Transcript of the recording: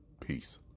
Peace